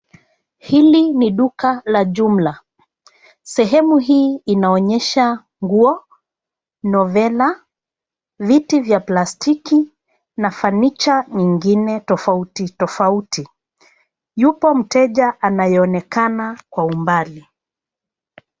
Hili ni duka la jumla. Sehemu hii inaonyesha nguo, novela, viti za plastiki na furniture nyingine tofauti tofauti. Yupo mteja anayeonekana kwa umbali.